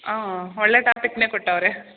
ಹಾಂ ಒಳ್ಳೆ ಟಾಪಿಕನ್ನೆ ಕೊಟ್ಟವರೆ